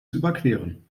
überqueren